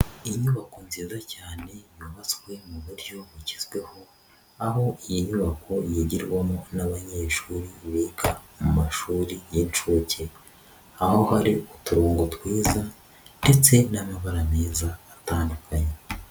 Inyubako nziza cyane yubatswe mu buryo bugezweho, aho iyi nyubako yigirwamo n'abanyeshuri biga mu mashuri y'inshuke, aho hari uturongo twiza ndetse n'amabara meza atandukanye.